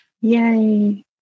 yay